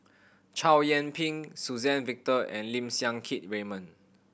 Chow Yian Ping Suzann Victor and Lim Siang Keat Raymond